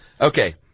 Okay